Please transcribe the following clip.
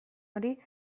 hori